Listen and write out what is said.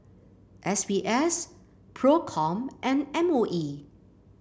S B S Procom and M O E